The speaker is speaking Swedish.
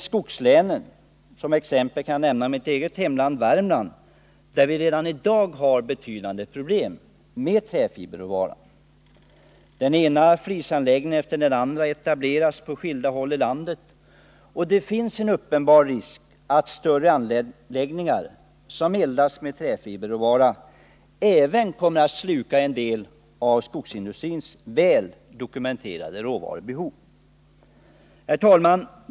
Som exempel kan jag nämna mitt eget hemlän, Värmland, där vi redan i dag har betydande problem med träfiberråvaran. Den ena träflisanläggningen efter den andra etableras på skilda håll i landet, och det finns en uppenbar risk att större anläggningar som eldas med träfiberråvara även kommer att sluka en hel del av den råvara som skogsindustrin har ett väl dokumenterat behov av. Herr talman!